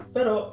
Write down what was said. Pero